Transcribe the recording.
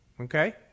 Okay